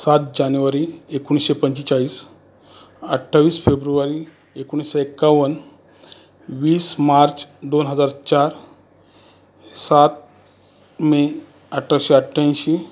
सात जानेवारी एकोणीसशे पंचेचाळीस अठ्ठावीस फेब्रुवारी एकोणीसशे एकावन्न वीस मार्च दोन हजार चार सात मे अठ्ठाविसशे अठ्ठ्याऐंशी